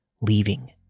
leaving